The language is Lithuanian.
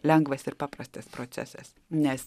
lengvas ir paprastas procesas nes